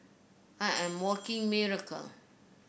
I am a walking miracle